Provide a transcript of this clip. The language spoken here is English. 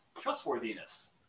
trustworthiness